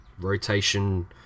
rotation